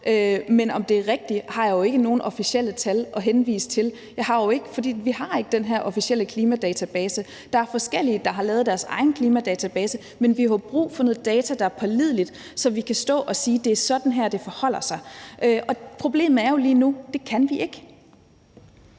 til om det er rigtigt, har jeg jo ikke nogen officielle tal at henvise til, for vi har ikke den her officielle klimadatabase. Der er forskellige, der har lavet deres egen klimadatabase, men vi har brug for noget data, der er pålidelig, så vi kan stå og sige, at det er sådan her, det forholder sig. Problemet er jo lige nu, at det kan vi ikke.